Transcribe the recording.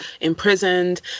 imprisoned